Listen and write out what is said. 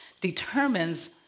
determines